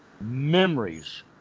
Memories